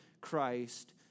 Christ